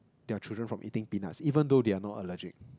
their children from eating peanuts even though they are not allergic